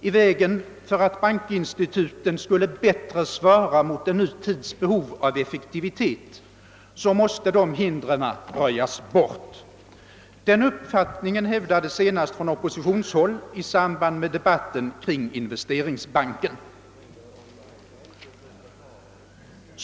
i vägen för att banktinstituten bättre skulle svara mot en ny tids behov av effektivitet måste de hindren röjas bort. Den uppfattningen hävdades senast från oppositionshåll i samband med debatten kring Investeringsbanken.